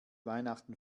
weihnachten